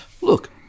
look